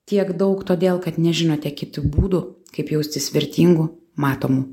tiek daug todėl kad nežinote kitų būdų kaip jaustis vertingu matomu